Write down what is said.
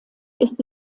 ist